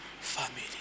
family